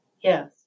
Yes